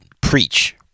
preach